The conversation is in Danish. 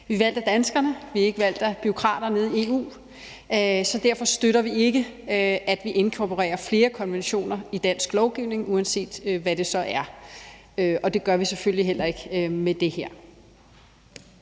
er valgt af danskerne, vi er ikke valgt af bureaukrater nede i EU, så derfor støtter vi ikke, at vi inkorporerer flere konventioner i dansk lovgivning, uanset hvad det så er, og det gør vi selvfølgelig heller ikke med det her.